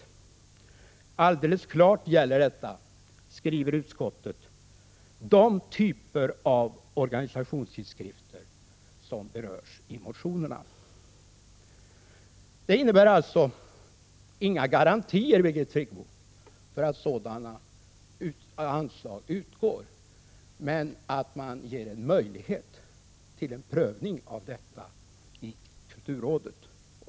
Alldeles klart gäller detta, skriver utskottet, de typer av organisationstidskrifter som berörs i motionerna. Detta innebär alltså inga garantier, Birgit Friggebo, för att sådana anslag utgår, men att man ger möjlighet till en prövning i kulturrådet.